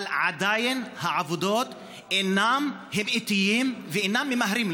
אבל עדיין בעבודות הם איטיים ואינם ממהרים,